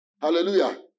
Hallelujah